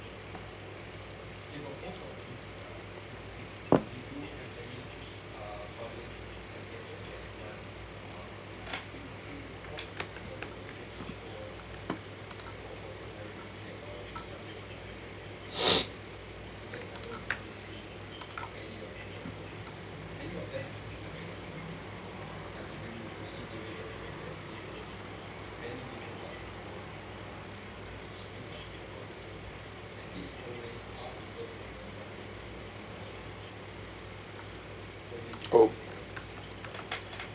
oh